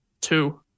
two